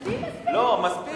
אני מספיק?